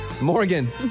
Morgan